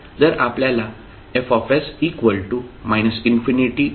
जर आपल्याला F f